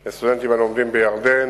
2. אם כן, מדוע מבקשת החברה לבטל את הפרויקט?